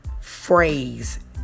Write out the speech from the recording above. phrase